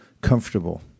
comfortable